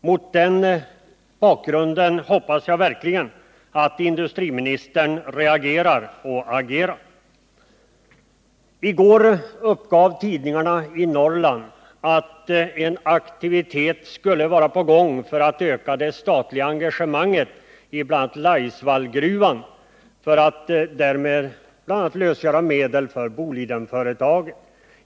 Mot den bakgrunden hoppas jag att industriministern reagerar och agerar. I går uppgav tidningarna i Norrland att en aktivitet skulle vara på gång för att öka det statliga engagemanget i bl.a. Laisvallgruvan för att därmed lösgöra medel för Bolidenföretaget.